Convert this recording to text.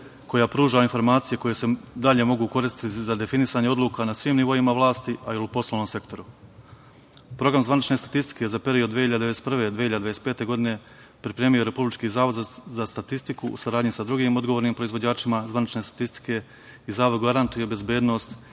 koja pruža informacije koje se dalje mogu koristiti za definisanje odluka na svim nivoima vlasti, ali i u poslovnom sektoru. Program zvanične statistike za period 2021/2025 godine pripremio je Republički zavod za statistiku u saradnji sa drugim odgovornim proizvođačima zvanične statistike i Zavod garantuje bezbednost